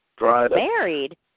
Married